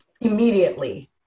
immediately